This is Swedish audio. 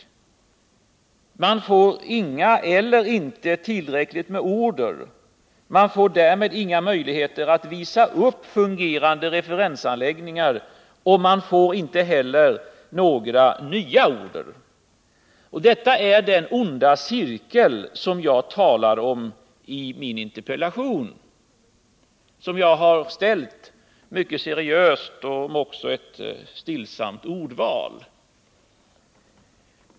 Företagen får inga eller inte tillräckligt många order. Därmed får man inga möjligheter att visa upp fungerande referensanläggningar, och således får man inte några nya order. Detta är den onda cirkel som jag talar om i min interpellation, som jag har ställt mycket seriöst och med ett försiktigt ordval.